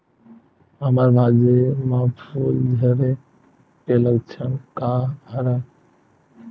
हमर भाजी म फूल झारे के लक्षण का हरय?